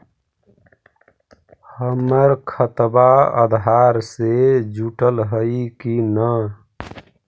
हमर खतबा अधार से जुटल हई कि न?